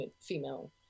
female